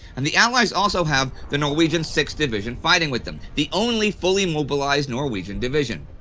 and the allies also have the norwegian sixth division fighting with them the only fully mobilized norwegian division.